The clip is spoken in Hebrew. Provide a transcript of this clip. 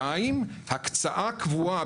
שנית: הקצאה קבועה,